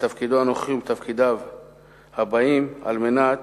בתפקידו הנוכחי ובתפקידיו הבאים, על מנת